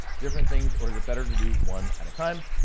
different things, or is it better to do one at a time?